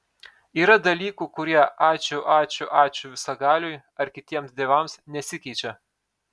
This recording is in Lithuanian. yra dalykų kurie ačiū ačiū ačiū visagaliui ar kitiems dievams nesikeičia